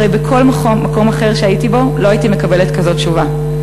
הרי בכל מקום אחר שהייתי בו לא הייתי מקבלת כזאת תשובה,